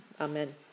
Amen